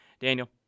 Daniel